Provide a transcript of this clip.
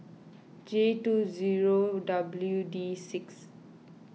J two zero W D six